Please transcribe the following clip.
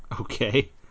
Okay